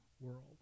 world